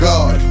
God